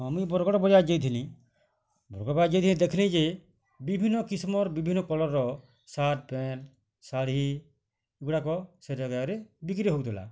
ଆମି ବରଗଡ଼ ବଜାର ଯାଇଥିଲି ବରଗଡ଼ ବଜାର ଯାଇ ଦେଖିଲି ଯେ ବିଭିନ୍ନ କିସିମର୍ ବିଭିନ୍ନ କଲର୍ର ସାର୍ଟ ପ୍ୟାଣ୍ଟ ଶାଢ଼ୀ ଗୁଡ଼ାକ ସେ ଜାଗାରେ ବିକ୍ରି ହଉଥିଲା